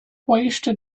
wasted